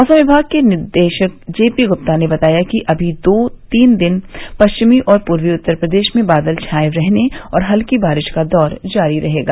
मौसम विभाग के निदेश जे पी गुप्ता ने बताया कि अभी दो तीन दिन पश्चिमी और पूर्वी उत्तर प्रदेश में बादल छाए रहने और हल्की बारिश का दौर जारी रहेगा